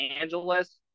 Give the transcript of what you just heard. Angeles